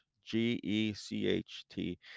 g-e-c-h-t